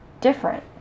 different